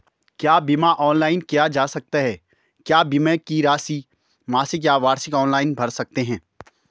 क्या बीमा ऑनलाइन किया जा सकता है क्या बीमे की राशि मासिक या वार्षिक ऑनलाइन भर सकते हैं?